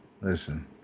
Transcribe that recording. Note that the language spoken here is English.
Listen